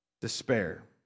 despair